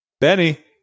Benny